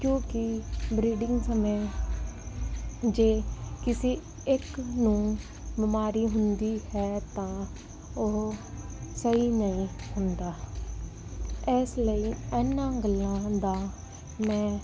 ਕਿਉਂਕਿ ਬਰੀਡਿੰਗ ਸਮੇਂ ਜੇ ਕਿਸੀ ਇੱਕ ਨੂੰ ਬਿਮਾਰੀ ਹੁੰਦੀ ਹੈ ਤਾਂ ਉਹ ਸਹੀ ਨਹੀਂ ਹੁੰਦਾ ਇਸ ਲਈ ਇਹਨਾਂ ਗੱਲਾਂ ਦਾ ਮੈਂ